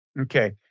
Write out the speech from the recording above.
okay